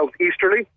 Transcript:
southeasterly